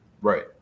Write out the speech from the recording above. Right